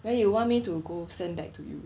then you want me to go send back to you